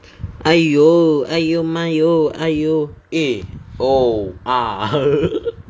!aiyo! !aiyo! maiyo !aiyo! eh oh ah